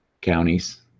counties